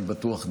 אני בטוח,